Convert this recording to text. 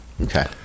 Okay